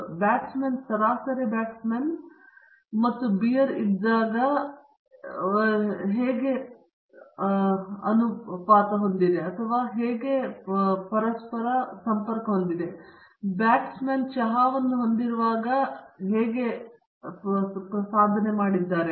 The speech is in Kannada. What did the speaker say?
ಹಾಗಾಗಿ ಬ್ಯಾಟ್ಸ್ಮನ್ ಸರಾಸರಿ ಬ್ಯಾಟ್ಮನ್ ಮತ್ತು ಬಿಯರ್ ಇದ್ದಾಗ ಇದು ಬ್ಯಾಟ್ಸ್ಮನ್ನ ಸರಾಸರಿ ಪ್ರದರ್ಶನವಾಗಿದ್ದು ಅವರು ಬ್ಯಾಟ್ ಮತ್ತು ಚಹಾವನ್ನು ಹೊಂದಿರುವಾಗ ಸರಾಸರಿ ಸಾಧನೆಯಾಗಿದೆ